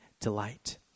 delight